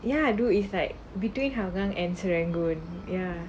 ya I do it's like between hougang and serangoon ya